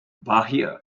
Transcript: bahia